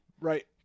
Right